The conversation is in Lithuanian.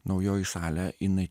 naujoji salė jinai